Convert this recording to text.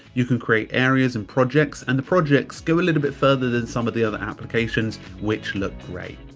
you can create areas and projects and the projects go a little bit further than some of the other applications, which look great.